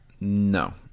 No